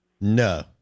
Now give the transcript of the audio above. No